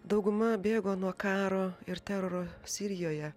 dauguma bėgo nuo karo ir teroro sirijoje